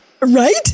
Right